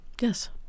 Yes